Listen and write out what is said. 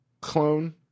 clone